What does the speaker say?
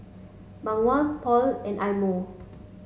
Bawang Paul and Eye Mo